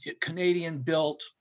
Canadian-built